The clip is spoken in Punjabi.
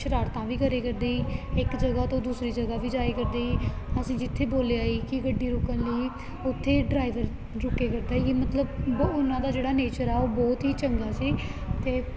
ਸ਼ਰਾਰਤਾਂ ਵੀ ਕਰੇ ਕਰਦੇ ਹੀ ਇੱਕ ਜਗ੍ਹਾ ਤੋਂ ਦੂਸਰੀ ਜਗ੍ਹਾ ਵੀ ਜਾਏ ਕਰਦੇ ਸੀ ਅਸੀਂ ਜਿੱਥੇ ਬੋਲਿਆ ਈ ਕਿ ਗੱਡੀ ਰੁਕਣ ਲਈ ਉੱਥੇ ਡਰਾਈਵਰ ਰੁਕੇ ਕਰਦਾ ਸੀ ਮਤਲਬ ਬ ਉਹਨਾਂ ਦਾ ਜਿਹੜਾ ਨੇਚਰ ਆ ਉਹ ਬਹੁਤ ਹੀ ਚੰਗਾ ਸੀ ਅਤੇ